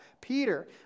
peter